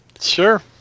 sure